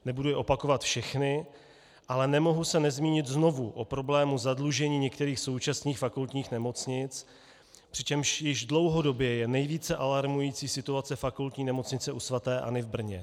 Nebudu je opakovat všechna, ale nemohu se nezmínit znovu o problému zadlužení některých současných fakultních nemocnic, přičemž již dlouhodobě je nejvíce alarmující situace Fakultní nemocnice u svaté Anny v Brně.